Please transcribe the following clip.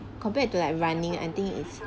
compared to like running I think it's